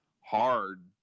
hard